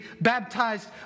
baptized